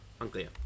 unclear